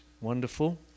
wonderful